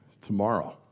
tomorrow